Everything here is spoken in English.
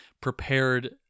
prepared